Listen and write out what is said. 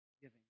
giving